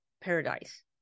paradise